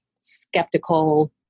skeptical